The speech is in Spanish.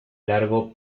largo